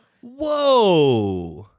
whoa